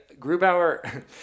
Grubauer